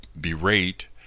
berate